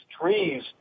trees